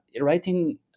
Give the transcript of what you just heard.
writing